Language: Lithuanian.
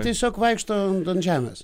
tiesiog vaikšto ant žemės